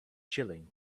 chilling